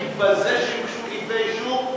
כי בזה שיוטלו כתבי-אישום,